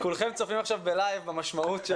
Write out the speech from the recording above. כולכם צופים עכשיו בלייב במשמעות של